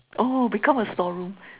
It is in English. oh become a storeroom